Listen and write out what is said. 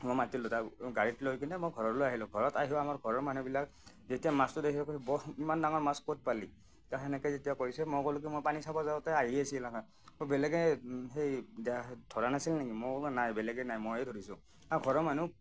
মই মাতিলোঁ গাড়ীত লৈ কিনে মই ঘৰলৈ আহিলোঁ ঘৰত আহিও আমাৰ ঘৰৰ মানুহবিলাকে যেতিয়া মাছটো দেখি কৈছে বাঃ ইমান ডাঙৰ মাছ ক'ত পালি সেনেকৈ যেতিয়া কৈছে মই কলোঁ কি মই পানী চাব যাওঁতে আহি আছিল বেলেগে সেই ধৰা নাছিল নেকি মই কলোঁ নাই বেলেগে নাই ময়ে ধৰিছোঁ আ ঘৰৰ মানুহ